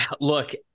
Look